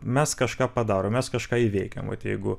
mes kažką padarom mes kažką įveikiam vat jeigu